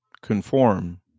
conform